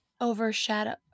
overshadow